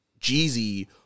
Jeezy